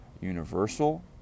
universal